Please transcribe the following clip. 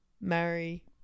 marry